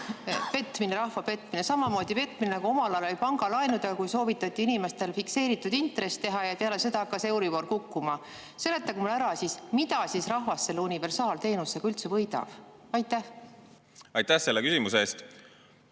petmine, rahva petmine, samamoodi, nagu omal ajal oli pangalaenudega, kui soovitati inimestel fikseeritud intress teha ja peale seda hakkas Euribor kukkuma. Seletage mulle ära, mida rahvas selle universaalteenusega üldse võidab. Aitäh selle küsimuse eest!